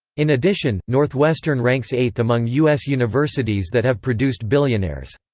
in addition, northwestern ranks eighth among u s. universities that have produced billionaires.